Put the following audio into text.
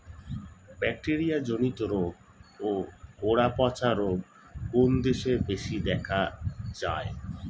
Bacteria জনিত রোগ ও গোড়া পচা রোগ কোন দেশে বেশি দেখা যায়?